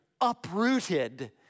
uprooted